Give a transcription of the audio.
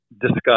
discuss